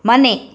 ಮನೆ